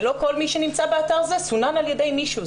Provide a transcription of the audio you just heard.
ולא כל מי שנמצא באתר זה סונן על ידי מישהו.